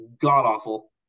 god-awful